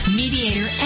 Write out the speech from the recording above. mediator